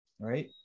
Right